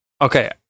okay